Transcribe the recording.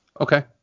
Okay